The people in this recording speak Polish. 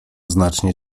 znacznie